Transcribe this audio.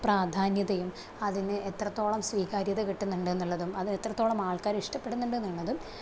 പ്രാധാന്യതയും അതിന് എത്രത്തോളം സ്വികാര്യത കിട്ടുന്നുണ്ട് എന്നുള്ളതും അത് എത്രത്തോളം ആൾക്കാര് ഇഷ്ടപ്പെടുന്നുണ്ട് എന്നുള്ളതും